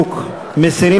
2013,